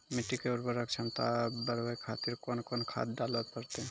मिट्टी के उर्वरक छमता बढबय खातिर कोंन कोंन खाद डाले परतै?